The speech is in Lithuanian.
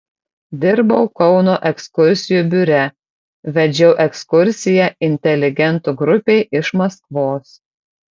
dirbau kauno ekskursijų biure vedžiau ekskursiją inteligentų grupei iš maskvos